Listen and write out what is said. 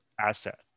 asset